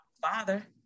Father